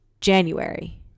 January